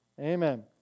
Amen